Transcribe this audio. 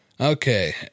Okay